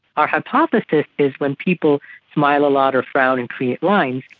our hypothesis is when people smile a lot or frown and create lines,